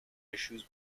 issues